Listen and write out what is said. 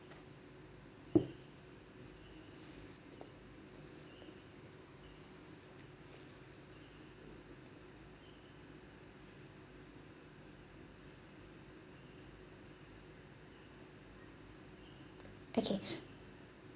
okay